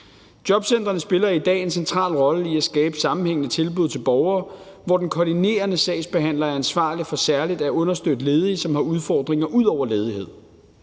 Jobcentrene spiller i dag en central rolle i at skabe sammenhængende tilbud til borgere, hvor den koordinerende sagsbehandler er ansvarlig for særlig at understøtte ledige, som har udfordringer ud over ledighed.